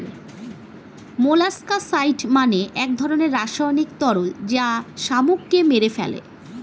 molluscicide মানে এক ধরনের রাসায়নিক তরল যা শামুককে মেরে ফেলে